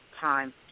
time